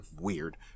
weird